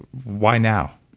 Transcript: why now?